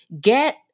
Get